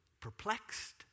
perplexed